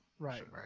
Right